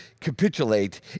capitulate